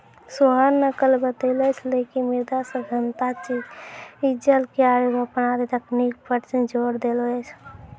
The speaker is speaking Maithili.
सोहन न कल बताय छेलै कि मृदा सघनता, चिजल, क्यारी रोपन आदि तकनीक पर जोर देलो जाय छै